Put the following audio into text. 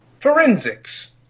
forensics